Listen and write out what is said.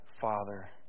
Father